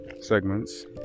segments